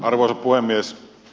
arvoisa puhemies